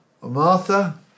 Martha